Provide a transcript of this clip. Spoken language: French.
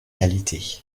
qualités